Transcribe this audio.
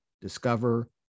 Discover